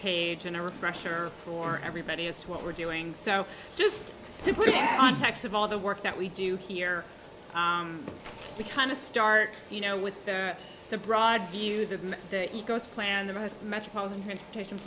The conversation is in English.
page and a refresher for everybody else what we're doing so just to put it on tax of all the work that we do here we kind of start you know with the broad view that the ego's plan the metropolitan transportation